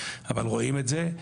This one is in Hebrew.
אבל רואים את זה.